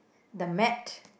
the mat